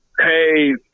Hey